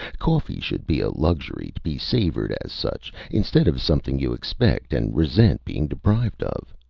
coffee should be a luxury, to be savored as such, instead of something you expect and resent being deprived of.